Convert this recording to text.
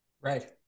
Right